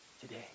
today